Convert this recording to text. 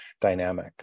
dynamic